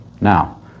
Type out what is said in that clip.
Now